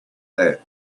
that